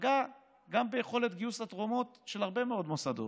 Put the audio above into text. שפגע גם ביכולת גיוס התרומות של הרבה מאוד מוסדות,